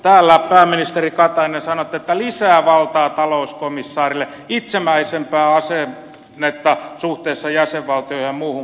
täällä pääministeri katainen sanoitte että lisää valtaa talouskomissaarille itsenäisempää asennetta suhteessa jäsenvaltioihin ja muuhun komissioon